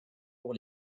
pour